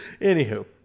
Anywho